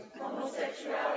Homosexuality